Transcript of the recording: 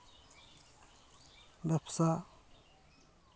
ᱵᱮᱵᱽᱥᱟ